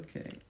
okay